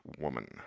Woman